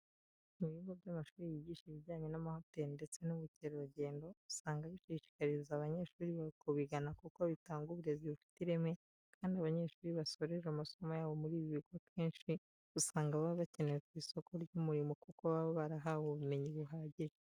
Mu bigo by'amashuri yigisha ibijyanye n'amahoteli ndetse n'ubukerarugendo usanga bishishikariza abanyeshuri kubigana kuko bitanga uburezi bufite ireme kandi abanyeshuri basoreje amasomo yabo muri ibi bigo akenshi usanga baba bakenewe ku isoko ry'umurimo kuko baba barahawe ubumenyi buhagije.